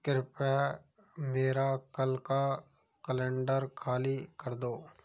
कृपया मेरा कल का कैलेंडर खाली कर दो